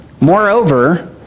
Moreover